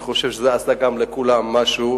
אני חושב שגם זה עשה לכולם משהו,